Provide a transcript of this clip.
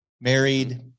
married